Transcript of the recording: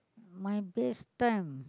my best time